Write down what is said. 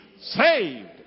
saved